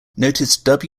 notice